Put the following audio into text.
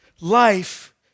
Life